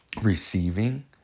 receiving